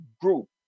group